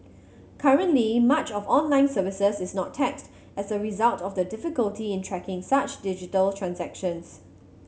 currently much of online services is not taxed as a result of the difficulty in tracking such digital transactions